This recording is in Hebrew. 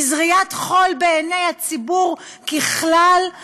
היא זריית חול בעיני הציבור ככלל,